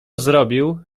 zrobił